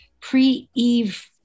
pre-eve